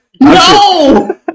No